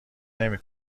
نمی